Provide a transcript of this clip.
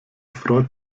freut